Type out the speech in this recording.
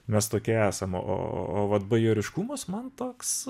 mes tokie esame o o o vat bajoriškumas man toks